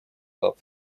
глав